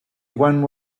one